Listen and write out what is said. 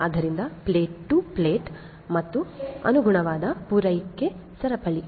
ಆದ್ದರಿಂದ plate to plate ಮತ್ತು ಅನುಗುಣವಾದ ಪೂರೈಕೆ ಸರಪಳಿ